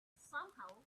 somehow